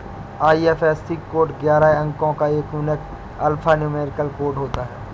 IFSC code ग्यारह अंको का एक यूनिक अल्फान्यूमैरिक कोड होता है